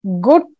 Good